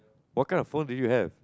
what kind of phone do you have